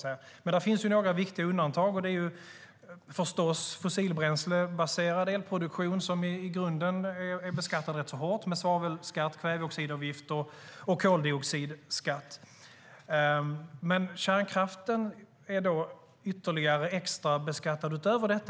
Det finns några viktiga undantag, och det är till exempel fossilbränslebaserad elproduktion som i grunden är beskattad rätt hårt med svavelskatt, kväveoxidavgifter och koldioxidskatt. Men kärnkraften är extra beskattad utöver detta.